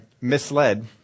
misled